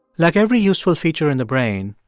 like every useful feature in the brain,